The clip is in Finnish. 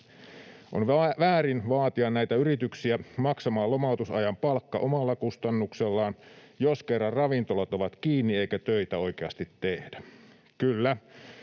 On väärin vaatia näitä yrityksiä maksamaan lomautusajan palkka omalla kustannuksellaan, jos kerran ravintolat ovat kiinni eikä töitä oikeasti tehdä. Kyllä,